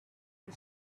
and